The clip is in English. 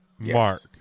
Mark